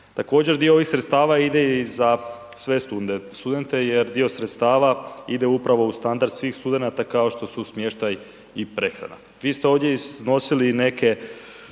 Također dio ovih sredstava ide i za sve studente jer dio sredstava ide upravo u standard svih studenata kao što su smještaj i prehrana. Vi ste ovdje iznosili i neke